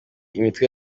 imitwe